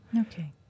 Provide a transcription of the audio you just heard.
okay